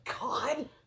God